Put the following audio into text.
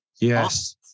Yes